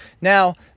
Now